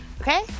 Okay